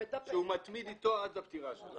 שהוא מתמיד איתו עד הפטירה שלו.